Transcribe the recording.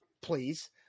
please